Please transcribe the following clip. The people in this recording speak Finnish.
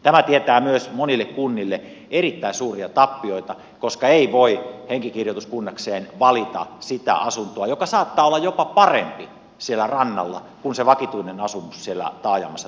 tämä tietää myös monille kunnille erittäin suuria tappioita koska ei voi henkikirjoituskunnakseen valita sitä asuntoa joka saattaa olla jopa parempi siellä rannalla kuin se vakituinen asumus taajamassa taikka kaupungissa